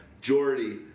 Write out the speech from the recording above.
Jordy